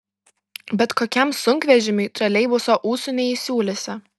bet kokiam sunkvežimiui troleibuso ūsų neįsiūlysi